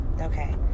Okay